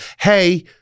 hey